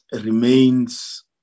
remains